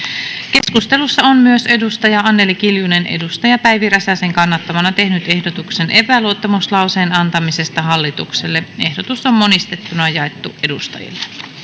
keskustelussa on myös anneli kiljunen päivi räsäsen kannattamana tehnyt ehdotuksen epäluottamuslauseen antamisesta valtioneuvostolle ehdotus on monistettuna jaettu edustajille